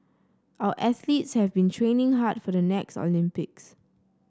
our athletes have been training hard for the next Olympics